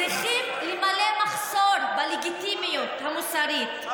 צריכים למלא מחסור בלגיטימיות המוסרית,